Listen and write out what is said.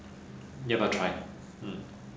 要不要 try hmm